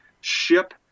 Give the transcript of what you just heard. ship